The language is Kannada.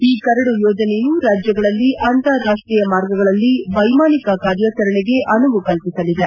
ಈ ಕರಡು ಯೋಜನೆಯು ರಾಜ್ಯಗಳಲ್ಲಿ ಅಂತಾರಾಷ್ಷೀಯ ಮಾರ್ಗಗಳಲ್ಲಿ ವೈಮಾನಿಕ ಕಾರ್ಯಾಚರಣೆಗೆ ಅನುವು ಕಲ್ಲಿಸಲಿದೆ